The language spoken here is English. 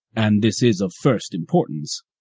and this is of first importance,